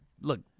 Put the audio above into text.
look